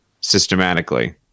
systematically